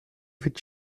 vite